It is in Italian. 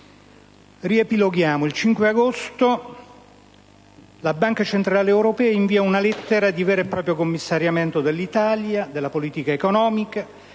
Riepiloghiamo. Il 5 agosto la Banca centrale europea invia una lettera di vero e proprio commissariamento dell'Italia, della sua politica economica,